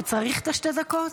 הוא היה צריך לתת את שתי הדקות.